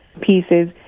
pieces